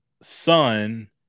son